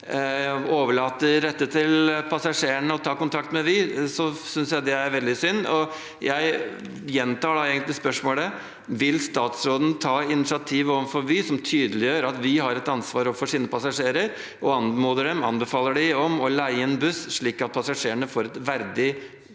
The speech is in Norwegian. overlater til passasjerene å ta kontakt med Vy, synes jeg det er veldig synd. Jeg gjentar da egentlig spørsmålet: Vil statsråden overfor Vy ta initiativ som tydeliggjør at Vy har et ansvar overfor sine passasjer, og anmode dem om å leie inn buss slik at passasjerene får et verdig